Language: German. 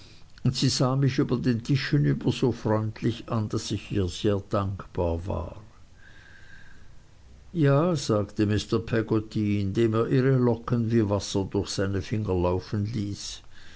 sie sah mich über den tisch hinüber so freundlich an daß ich ihr sehr dankbar war ja sagte mr peggotty indem er ihre locken wie wasser durch seine finger laufen ließ